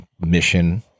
Mission